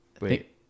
Wait